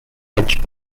edge